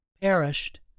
perished